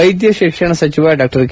ವೈದ್ಯಕೀಯ ಶಿಕ್ಷಣ ಸಚಿವ ಡಾ ಕೆ